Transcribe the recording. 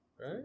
Right